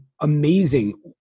amazing